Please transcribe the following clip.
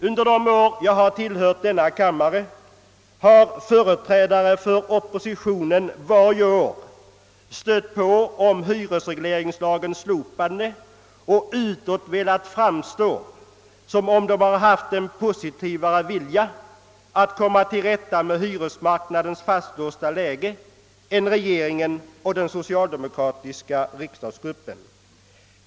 Under de år jag tillhört denna kammare har företrädare för oppositionen varje år stött på om hyresregleringslagens slopande och utåt velat framstå som om de haft en positivare vilja att komma till rätta med hyresmarknadens fastlåsta läge än regeringen och den socialdemokratiska riksdagsgruppen.